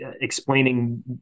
explaining